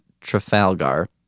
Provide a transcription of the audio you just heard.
Trafalgar